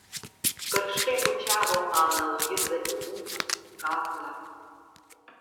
karštai bučiavo aną luizą į lūpas kaklą